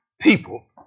people